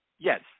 Yes